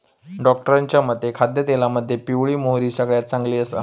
डॉक्टरांच्या मते खाद्यतेलामध्ये पिवळी मोहरी सगळ्यात चांगली आसा